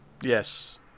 Yes